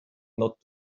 not